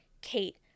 Kate